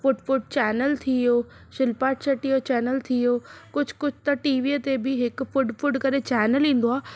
food food channel थी वियो शिल्पा शेट्टी जो चैनल थी वियो कुझु कुझु त टीवी ते बि हिकु फ़ुड फ़ुड करे चैनल ईंदो आहे